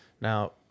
Now